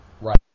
Right